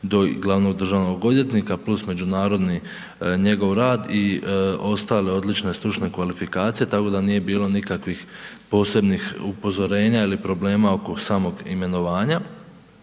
do glavnog državnog odvjetnika + međunarodni njegov rad i ostale odlične stručne kvalifikacije, tako da nije bilo nikakvih posebnih upozorenja ili problema oko samog imenovanja,